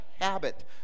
habit